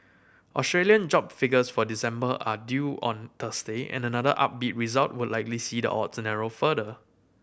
Australian job figures for December are due on Thursday and another upbeat result would likely see the odds narrow further